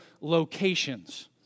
locations